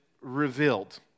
revealed